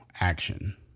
action